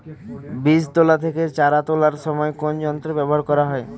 বীজ তোলা থেকে চারা তোলার সময় কোন যন্ত্র ব্যবহার করা হয়?